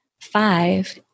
Five